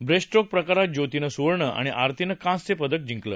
breaststroke प्रकारात ज्योतीनं सुवर्ण आणि आरतीनं कांस्य पदकं जिंकलं